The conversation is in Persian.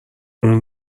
اون